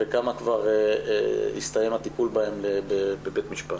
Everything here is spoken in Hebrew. ובכמה הסתיים הטיפול בבית משפט.